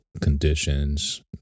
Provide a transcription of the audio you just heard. conditions